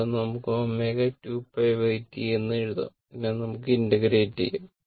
ഇവിടെ നമുക്ക് ω 2π Tഎന്ന് എഴുതാം ഇതിനെ നമുക്ക് ഇന്റഗ്രേറ്റ് ചെയ്യാം